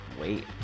wait